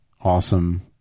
awesome